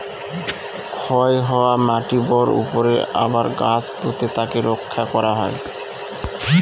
ক্ষয় হওয়া মাটিরর উপরে আবার গাছ পুঁতে তাকে রক্ষা করা হয়